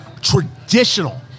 traditional